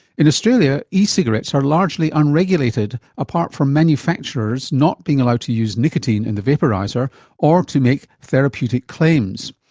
in australia ecigarettes are largely unregulated apart from manufacturers not being allowed to use nicotine in the vaporiser or to make therapeutic claims.